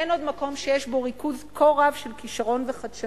אין עוד מקום שיש בו ריכוז כה רב של כשרון וחדשנות